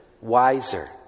wiser